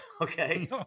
Okay